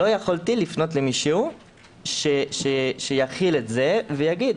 לא יכולתי לפנות למישהו שיכיל את זה ויגיד: